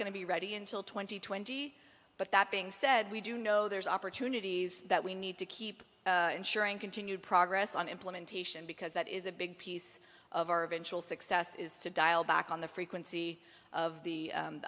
going to be ready until twenty twenty but that being said we do know there's opportunities that we need to keep ensuring continued progress on implementation because that is a big piece of our eventual success is to dial back on the frequency of the u